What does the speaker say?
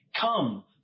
Come